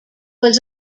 was